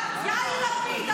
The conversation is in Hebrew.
בסדר?